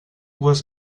was